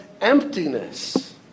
emptiness